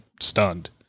stunned